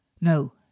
No